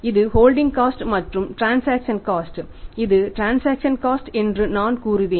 இது உங்கள் transaction cost என்று நான் கூறுவேன்